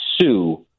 sue